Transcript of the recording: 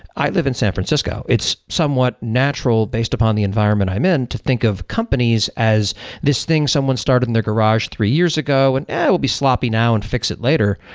i live in san francisco. it's somewhat natural based upon the environment i'm in to think of companies as this thing someone started in their garage three years ago and, it will be sloppy now, and fix it later,